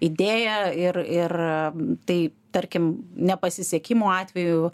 idėja ir ir tai tarkim nepasisekimo atveju